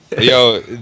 Yo